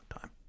time